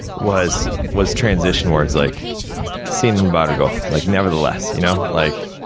was was transition words, like sinbargo. like, nevertheless, you know? like,